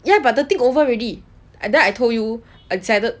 ya but the thing over already then I told you I decided